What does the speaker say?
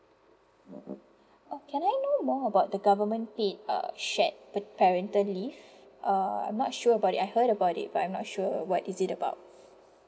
uh can I know more about the government paid uh shared pa~ parental leave uh I'm not sure about it I heard about it but I'm not sure what is it about